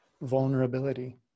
vulnerability